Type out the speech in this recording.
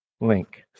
link